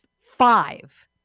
five